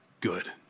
good